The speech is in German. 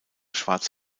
schwarz